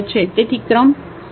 તેથી ક્રમ 2 છે